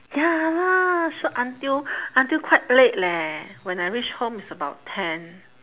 ya lah shot until until quite late leh when I reach home it's about ten